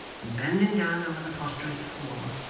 and bending down over the prostrate form,